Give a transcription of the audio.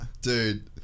Dude